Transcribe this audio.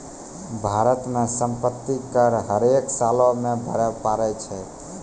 भारतो मे सम्पति कर हरेक सालो मे भरे पड़ै छै